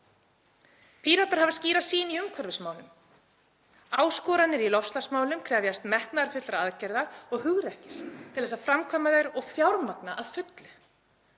Píratar hafa skýra sýn í umhverfismálum. Áskoranir í loftslagsmálum krefjast metnaðarfullra aðgerða og hugrekkis til að framkvæma þær og fjármagna að fullu.